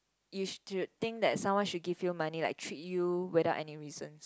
you should think that someone should give you money like treat you without any reason